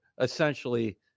essentially